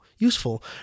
useful